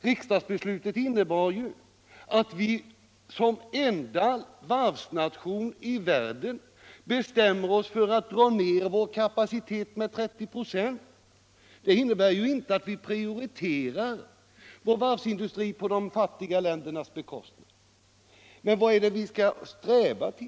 Riksdagsbeslutet innebar ju att vi som enda varvsnation i världen beslutade oss för att dra ned vår kapacitet med 30 96. Det innebär inte att vi prioriterar vår varvsindustri på de fattiga ländernas bekostnad. Vad är det vi skall sträva efter?